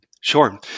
Sure